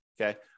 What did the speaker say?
okay